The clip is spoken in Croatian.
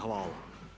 Hvala.